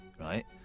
right